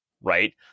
right